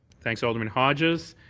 thanks alderman hodges.